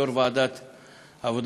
יושב-ראש ועדת העבודה,